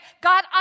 God